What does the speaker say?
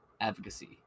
advocacy